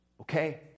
Okay